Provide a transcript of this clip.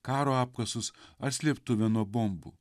karo apkasus ar slėptuvę nuo bombų